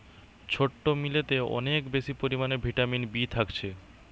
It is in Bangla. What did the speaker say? ছোট্ট মিলেতে অনেক বেশি পরিমাণে ভিটামিন বি থাকছে